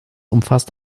umfasst